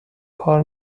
کار